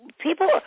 people